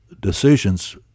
decisions